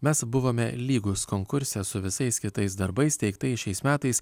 mes buvome lygūs konkurse su visais kitais darbais teiktais šiais metais